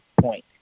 point